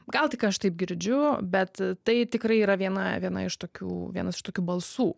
gal tik aš taip girdžiu bet tai tikrai yra viena viena iš tokių vienas iš tokių balsų